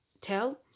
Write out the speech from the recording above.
tell